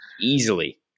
easily